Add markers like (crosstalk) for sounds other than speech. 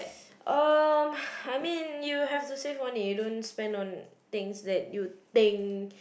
um (breath) I mean you have to save money you don't spend money on things that you think